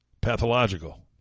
Pathological